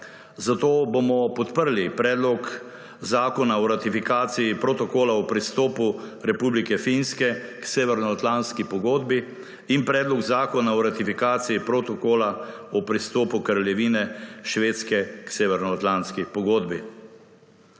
zato bomo podprli predlog zakona o ratifikaciji protokola o pristopu Republike Finske k Severnoatlantski pogodbi in predlog zakona o ratifikaciji protokola o pristopu Kraljevine Švedske k Severnoatlantski pogodbi.